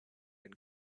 and